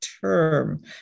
term